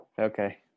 okay